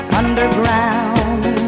underground